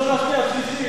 ראשונה, שנייה שלישית.